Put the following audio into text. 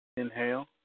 Inhale